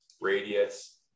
radius